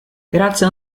grazie